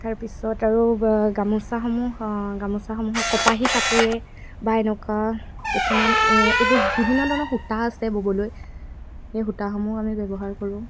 তাৰপিছত আৰু গামোচাসমূহ গামোচাসমূহ কপাহী কাপোৰে বা এনেকুৱা কিছুমান এই এইবোৰ বিভিন্ন ধৰণৰ সূতা আছে ববলৈ সেই সূতাসমূহ আমি ব্যৱহাৰ কৰোঁ